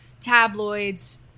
tabloids